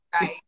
right